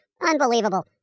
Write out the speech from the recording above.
Unbelievable